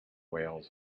wales